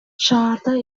шаарда